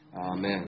Amen